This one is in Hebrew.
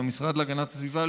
למשרד להגנת הסביבה,